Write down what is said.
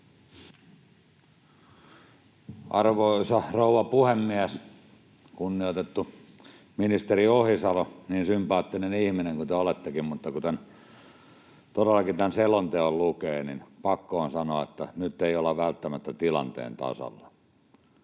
Arvoisa rouva puhemies! Kunnioitettu ministeri Ohisalo, niin sympaattinen ihminen kuin te olettekin, mutta kun todellakin tämän selonteon lukee, niin pakko on sanoa, että nyt ei olla välttämättä tilanteen tasalla.